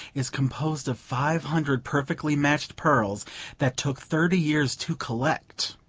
is composed of five hundred perfectly matched pearls that took thirty years to collect.